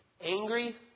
angry